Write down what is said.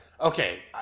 Okay